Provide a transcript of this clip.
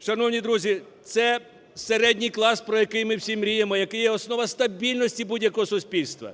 Шановні друзі, це середній клас, про який ми всі мріємо, який є основа стабільності будь-якого суспільства.